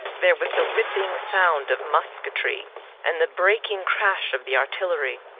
there was the ripping sound of musketry and the breaking crash of the artillery.